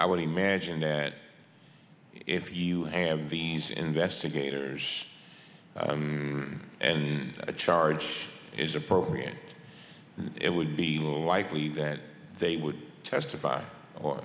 i would imagine that if you have these investigators and the charge is appropriate it would be likely that they would testify or